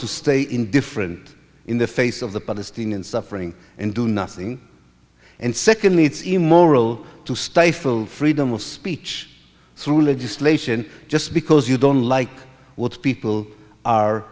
to stay in different in the face of the palestinian suffering and do nothing and secondly it's immoral to stifle freedom of speech through legislation just because you don't like what people are